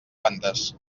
fantes